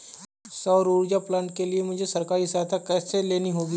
सौर ऊर्जा प्लांट के लिए मुझे सरकारी सहायता कैसे लेनी होगी?